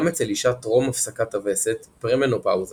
גם אצל אישה טרום הפסקת הווסת פרה-מנופאוזה